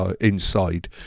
inside